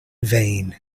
vain